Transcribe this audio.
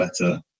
better